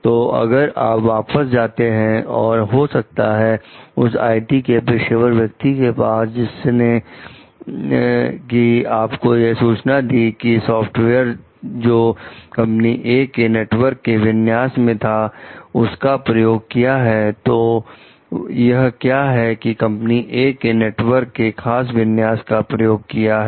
तो अगर आप वापस जाते हैं और हो सकता है उस आईटी के पेशेवर व्यक्ति के पास जिसने कि आपको यह सूचना दी थी कि सॉफ्टवेयर जो कंपनी ए के नेटवर्क के विन्यास का था उसका प्रयोग किया है तो यह क्या है की कंपनी ए के नेटवर्क के खास विन्यास का प्रयोग किया गया है